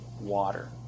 Water